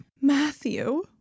Matthew